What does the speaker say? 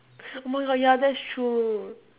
oh my god ya that's true